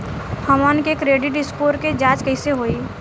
हमन के credit score के जांच कैसे होइ?